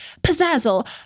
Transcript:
pizzazzle